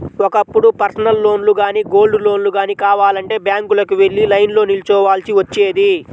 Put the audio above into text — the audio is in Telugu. ఒకప్పుడు పర్సనల్ లోన్లు గానీ, గోల్డ్ లోన్లు గానీ కావాలంటే బ్యాంకులకు వెళ్లి లైన్లో నిల్చోవాల్సి వచ్చేది